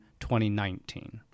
2019